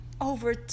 over